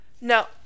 No